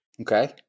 Okay